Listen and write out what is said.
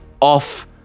off